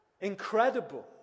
incredible